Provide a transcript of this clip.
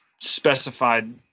specified